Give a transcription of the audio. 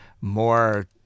more